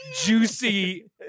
Juicy